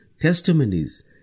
testimonies